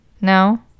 No